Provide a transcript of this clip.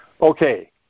Okay